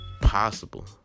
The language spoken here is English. possible